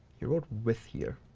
you wrote with here.